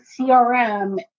CRM